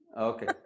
Okay